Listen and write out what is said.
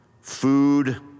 food